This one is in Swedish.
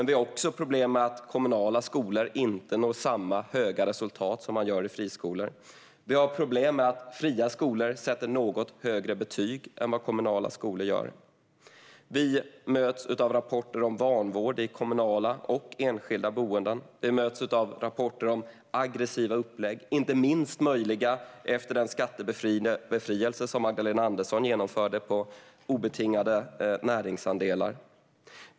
Vi har också problem med att man i kommunala skolor inte når lika höga resultat som man gör i friskolor. Vi har problem med att fria skolor sätter något högre betyg än vad kommunala skolor gör. Vi möts av rapporter om vanvård i kommunala och enskilda boenden. Vi möts av rapporter om aggressiva upplägg - de är inte minst möjliga efter den skattebefrielse som Magdalena Andersson genomförde på obetingade näringsandelar.